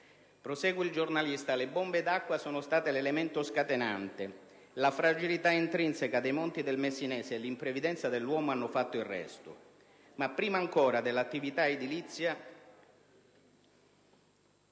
Prosegue il giornalista: «Le bombe d'acqua sono state l'elemento scatenante. La fragilità intrinseca dei monti del Messinese e l'imprevidenza dell'uomo hanno fatto il resto». Ma prima ancora dell'attività edilizia,